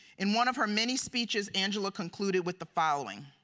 in one of her many speeches, angela concluded with the following,